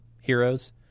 Heroes